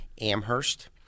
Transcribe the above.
Amherst